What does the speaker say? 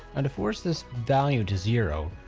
and to force this value to zero,